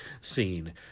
scene